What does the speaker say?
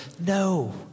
no